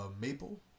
maple